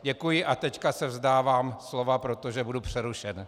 Děkuji a teď se vzdávám slova, protože budu přerušen.